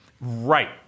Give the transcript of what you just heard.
right